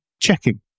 checking